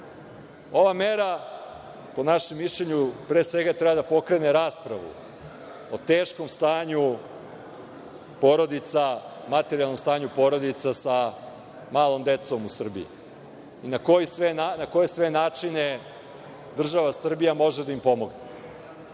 mera, po našem mišljenju, pre svega treba da pokrene raspravu o teškom stanju porodica, materijalnom stanju porodica sa malom decom u Srbiji. Na koje sve načine država Srbija može da im pomogne.